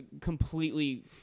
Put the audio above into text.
completely